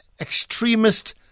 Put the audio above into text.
extremist